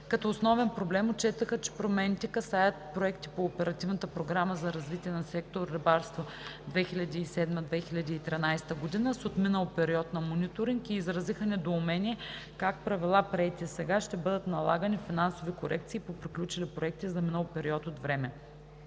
Като основен проблем отчетоха, че промените касаят проекти по Оперативната програма за развитие на сектор „Рибарство“ 2007 – 2013 г. с отминал период на мониторинг и изразиха недоумение как по правила, приети сега, ще бъдат налагани финансови корекции по приключили проекти за минал период от време.